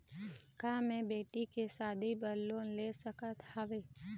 का मैं बेटी के शादी बर लोन ले सकत हावे?